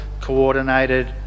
coordinated